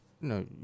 No